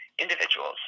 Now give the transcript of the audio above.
individuals